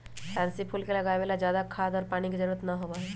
pansy फूल के उगावे ला ज्यादा खाद और पानी के जरूरत ना होबा हई